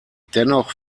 dennoch